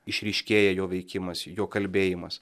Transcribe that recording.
išryškėja jo veikimas jo kalbėjimas